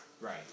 right